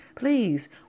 Please